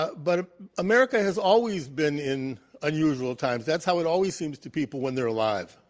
but but ah america has always been in unusual times. that's how it always seems to people when they're alive,